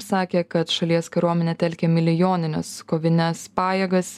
sakė kad šalies kariuomenė telkia milijonines kovines pajėgas